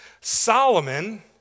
Solomon